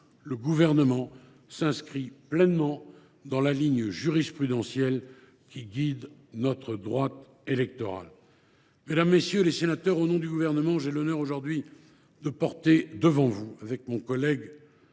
le Gouvernement s’inscrit pleinement dans la ligne jurisprudentielle qui guide notre droit électoral. Mesdames, messieurs les sénateurs, au nom du Gouvernement, j’ai l’honneur aujourd’hui de porter devant vous, avec mon collègue